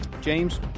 James